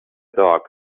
dog